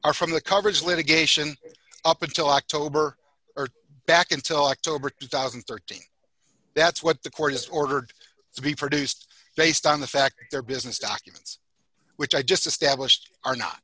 are from the coverage litigation up until october or back until october two thousand and thirteen that's what the court has ordered to be produced based on the fact their business documents which i just estab